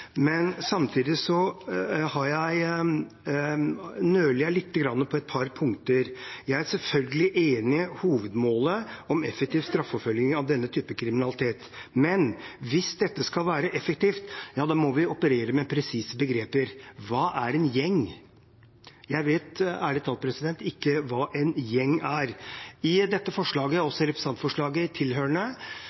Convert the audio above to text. men samtidig nøler jeg lite grann på et par punkter. Jeg er selvfølgelig enig i hovedmålet om effektiv straffeforfølgning av denne typen kriminalitet, men hvis dette skal være effektivt, må vi operere med presise begreper. Hva er en gjeng? Jeg vet ærlig talt ikke hva en gjeng er. I denne interpellasjonen, og også i det tilhørende